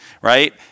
Right